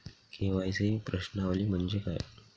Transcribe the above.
KYC प्रश्नावली म्हणजे काय?